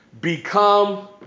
become